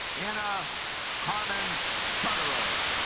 in a carmen sutter er